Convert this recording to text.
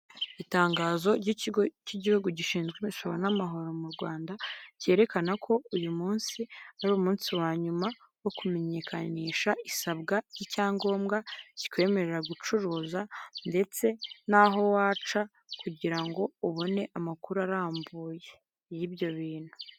Itangazo ry'ikigo cy'igihugu gishinzwe imisoro n'amahoro mu Rwanda, cyerekana ko uyu munsi ari umunsi wa nyuma wo kumenyekanisha isabwa ry'icyangombwa kikwemerera gucuruza, ndetse n'aho waca kugira ngo ubone amakuru arambuye y'ibyo bintu.